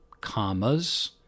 commas